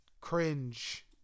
cringe